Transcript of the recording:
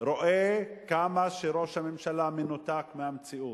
רואה כמה ראש הממשלה מנותק מהמציאות.